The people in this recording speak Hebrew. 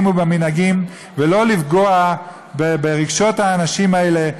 ובמנהגים ולא לפגוע ברגשות האנשים האלה.